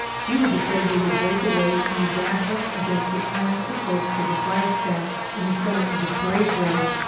he was afraid they would break away and dash us against the iron supports to the flagstaff in the center of the parade ground.